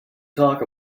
talk